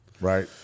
right